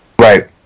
Right